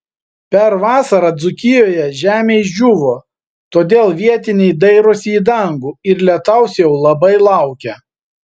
per vasarą dzūkijoje žemė išdžiūvo todėl vietiniai dairosi į dangų ir lietaus jau labai laukia